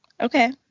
Okay